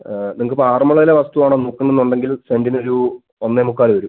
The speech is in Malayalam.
നിങ്ങൾക്ക് ഇപ്പോൾ ആറന്മുളയിലെ വസ്തുവാണ് നോക്കുന്നു എന്നുണ്ടെങ്കില് സെൻറ്റിനൊരു ഒന്നേ മുക്കാല് വരും